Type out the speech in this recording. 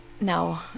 No